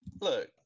look